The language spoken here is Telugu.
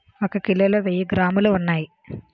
ఒక కిలోలో వెయ్యి గ్రాములు ఉన్నాయి